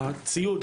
הציוד,